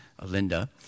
Linda